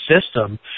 system